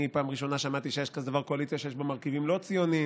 אני פעם ראשונה שמעתי שיש כזה דבר קואליציה שיש בה מרכיבים לא ציוניים,